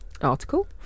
article